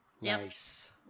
Nice